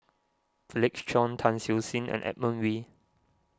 Felix Cheong Tan Siew Sin and Edmund Wee